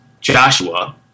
Joshua